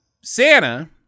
Santa